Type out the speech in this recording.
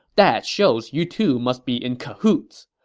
that shows you two must be in cahoots.